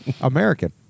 American